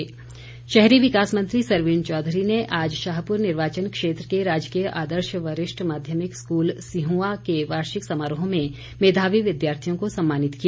सरवीण चौधरी शहरी विकास मंत्री सरवीण चौधरी ने आज शाहपुर निर्वाचन क्षेत्र के राजकीय आदर्श वरिष्ठ माध्यमिक स्कूल सिहंआ के वार्षिक समारोह में मेधावी विद्यार्थियों को सम्मानित किया